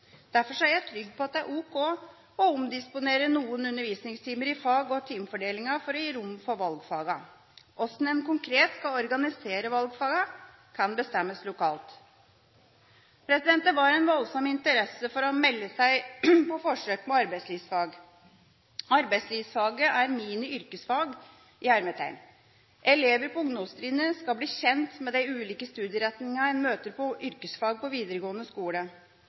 Derfor er jeg trygg på at det er ok å omdisponere noen undervisningstimer i fag- og timefordelingen for å gi rom for valgfagene. Hvordan en konkret skal organisere valgfagene, kan bestemmes lokalt. Det var en voldsom interesse for å melde seg på forsøk med arbeidslivsfag. Arbeidslivsfaget er «mini-yrkesfag». Elevene på ungdomstrinnet skal bli kjent med de ulike studieretningene en møter på yrkesfag på videregående skole.